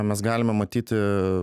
mes galime matyti